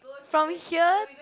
from here